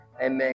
amen